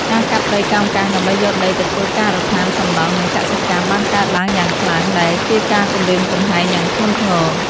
ការកាប់ព្រៃកោងកាងដើម្បីយកដីទៅធ្វើការដ្ឋានសំណង់និងកសិកម្មបានកើតឡើងយ៉ាងខ្លាំងដែលជាការគំរាមកំហែងយ៉ាងធ្ងន់ធ្ងរ។